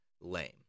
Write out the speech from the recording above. lame